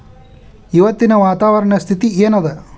ಇವತ್ತಿನ ವಾತಾವರಣ ಸ್ಥಿತಿ ಏನ್ ಅದ?